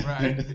Right